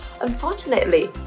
Unfortunately